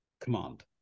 command